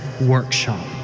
workshop